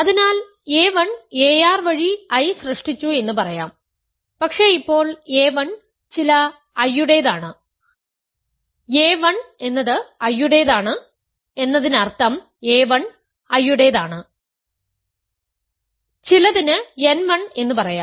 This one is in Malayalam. അതിനാൽ a 1 ar വഴി I സൃഷ്ടിച്ചു എന്ന് പറയാം പക്ഷേ ഇപ്പോൾ a1 ചില I യുടെയാണ് a1 എന്നത് I യുടെയാണ് എന്നതിനർത്ഥം a1 I യുടെയാണ് ചിലതിന് n 1 എന്ന് പറയാം